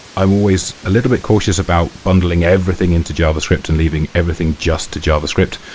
i'm always a little bit cautious about bundling everything into javascript and leaving everything just to javascript.